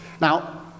Now